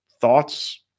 thoughts